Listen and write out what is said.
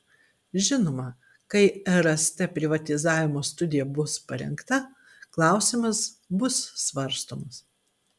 žinoma kai rst privatizavimo studija bus parengta klausimas bus svarstomas